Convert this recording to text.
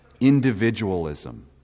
individualism